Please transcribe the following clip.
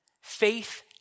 faith